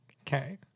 Okay